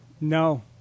No